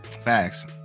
facts